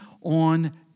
on